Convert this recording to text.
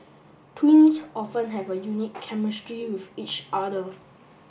twins often have a unique chemistry with each other